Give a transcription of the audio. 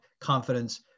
confidence